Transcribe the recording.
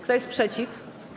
Kto jest przeciw?